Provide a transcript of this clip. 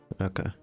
Okay